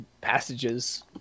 passages